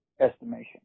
estimation